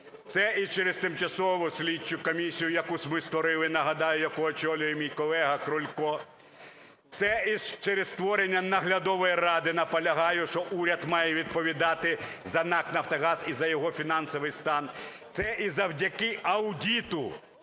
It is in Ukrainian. Це і через тимчасову слідчу комісію яку ви створили, нагадаю, яку очолює мій колега Крулько. Це і через створення наглядової ради, наполягаю, що уряд має відповідати за НАК "Нафтогаз" і за його фінансовий стан. Це і завдяки аудиту,